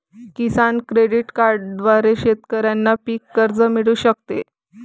किसान credit कार्डद्वारे शेतकऱ्यांना पीक कर्ज मिळू शकते